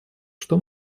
что